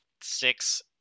six